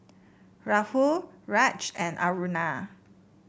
Rahul Raj and Aruna